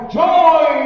joy